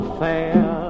fair